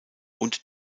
und